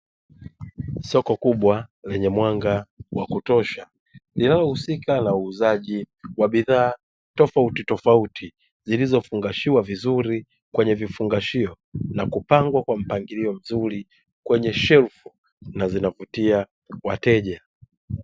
Soko kubwa lenye mwanga wa kutosha linalohusika na uuzaji wa bidhaa tofautitofauti, zilizofungashiwa vizuri kwenye vifungashio na kupangwa kwa mpangilio mzuri kwenye shelfu na zinavutia wateja.